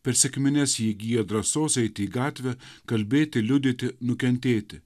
per sekmines ji įgyja drąsos eiti į gatvę kalbėti liudyti nukentėti